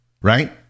right